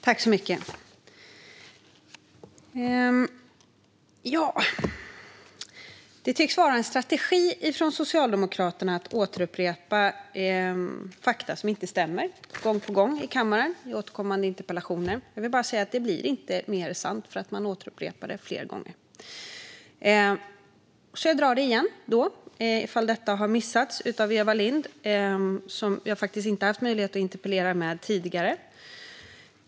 Herr talman! Det tycks vara en strategi från Socialdemokraterna att gång på gång i kammaren och i återkommande interpellationer upprepa uppgifter som inte stämmer. Men de blir inte mer sanna för att man upprepar dem fler gånger. Jag ska dra detta igen. Det kanske har missats av Eva Lindh, som jag faktiskt inte haft möjlighet att ha någon interpellationsdebatt med tidigare.